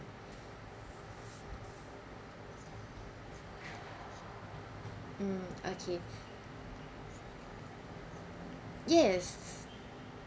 mm okay yes